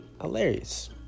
hilarious